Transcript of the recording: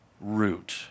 root